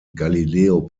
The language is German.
galileo